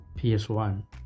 ps1